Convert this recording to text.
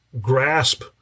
grasp